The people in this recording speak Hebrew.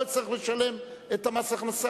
ואני גם לא אצטרך לשלם מס הכנסה.